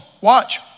Watch